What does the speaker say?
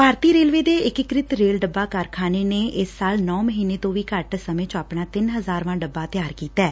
ਭਾਰਤੀ railway ਦੇ ਏਕੀਕ੍ਤਿਤ rail ਡੱਬਾ ਕਾਰਖਾਨੇ ਨੇ ਇਸ ਸਾਲ ਨੌ ਮਹੀਨੇ ਤੋਂ ਵੀ ਘੱਟ ਸਮੇਂ ਚ ਆਪਣਾ ਤਿੰਨ ਹਜਾਰਵਾਂ ਡੱਬਾ ਤਿਆਰ ਕੀਤੈ